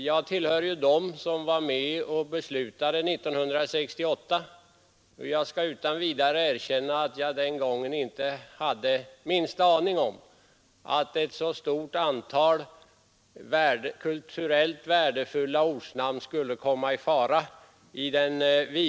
Jag tillhör dem som var med och beslutade 1968, och jag skall utan vidare erkänna att jag den gången inte hade den minsta aning om att ett så stort antal kulturellt värdefulla ortnamn skulle komma i fara.